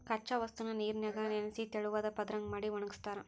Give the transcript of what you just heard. ಕಚ್ಚಾ ವಸ್ತುನ ನೇರಿನ್ಯಾಗ ನೆನಿಸಿ ತೆಳುವಾದ ಪದರದಂಗ ಮಾಡಿ ಒಣಗಸ್ತಾರ